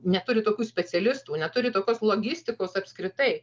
neturi tokių specialistų neturi tokios logistikos apskritai